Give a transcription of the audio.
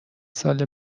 ساله